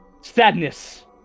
Sadness